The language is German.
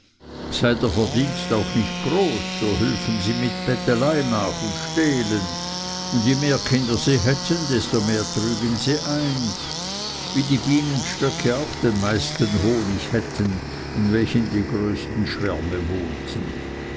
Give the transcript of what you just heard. sei der verdienst auch nicht groß so hülfen sie mit bettelei nach und stehlen und je mehr kinder sie hätten desto mehr trügen sie ein wie die bienenstöcke auch den meisten honig hätten in welchen die größten schwärme wohnten